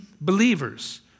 believers